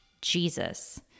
Jesus